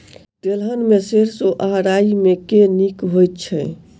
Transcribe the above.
तेलहन मे सैरसो आ राई मे केँ नीक होइ छै?